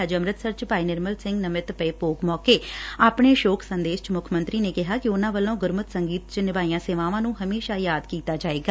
ਅੱਜ ਅੰਮ੍ਤਿਤਸਰ 'ਚ ਭਾਈ ਨਿਰਮਲ ਸਿੰਘ ਨਮਿਤ ਪਏ ਭੋਗ ਮੌਕੇ ਆਪਣੇ ਸ਼ੋਕ ਸੰਦੇਸ਼ 'ਚ ਮੁੱਖ ਮੰਤਰੀ ਨੇ ਕਿਹਾ ਕਿ ਉਨੁਾਂ ਵਲੋ ਗੁਰਮਤਿ ਸੰਗੀਤ 'ਚ ਨਿਭਾਈਆਂ ਸੇਵਾਵਾਂ ਨੂੰ ਹਮੇਸ਼ਾ ਯਾਦ ਕੀਤਾ ਜਾਏਗਾ